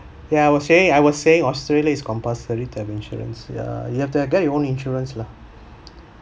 ya I was saying I was saying australia its compulsory to have insurance yeah you have to get your own insurance lah